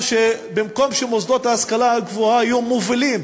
שבמקום שמוסדות להשכלה גבוהה יהיו מובילים